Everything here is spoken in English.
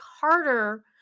harder